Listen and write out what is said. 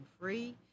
Free